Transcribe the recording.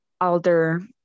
alder